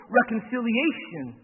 reconciliation